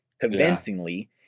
convincingly